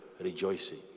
rejoicing